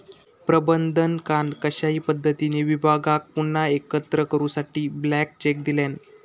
प्रबंधकान कशाही पद्धतीने विभागाक पुन्हा एकत्र करूसाठी ब्लँक चेक दिल्यान